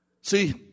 See